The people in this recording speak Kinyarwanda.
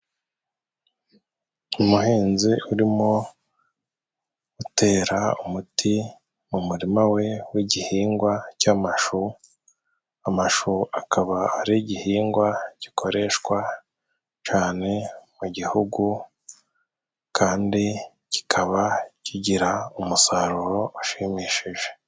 Umuhinzi urimo gutera umuti mu murima we w'igihingwa c'amashu, amashu akaba ari igihingwa gikoreshwa cane mu gihugu, kandi kikaba kigira umusaruro ushimishije.